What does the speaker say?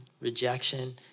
rejection